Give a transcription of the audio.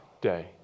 day